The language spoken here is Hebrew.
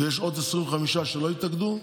ויש עוד 25 שלא התאגדו,